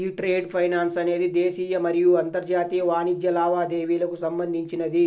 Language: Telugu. యీ ట్రేడ్ ఫైనాన్స్ అనేది దేశీయ మరియు అంతర్జాతీయ వాణిజ్య లావాదేవీలకు సంబంధించినది